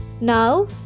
Now